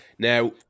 Now